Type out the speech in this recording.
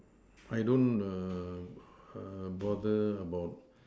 I don't err err bother about